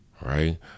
Right